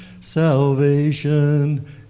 salvation